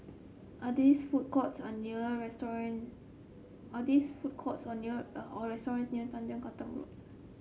are this food courts or near are this food courts or near or restaurants near Tanjong Katong Road